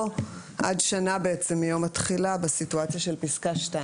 עד שנה מיום התחילה בסיטואציה של פסקה (2).